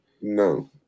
No